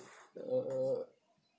the